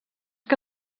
que